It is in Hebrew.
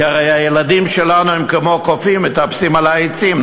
כי הרי הילדים שלנו הם כמו קופים ומטפסים על העצים,